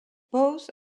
both